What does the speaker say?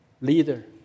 leader